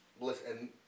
listen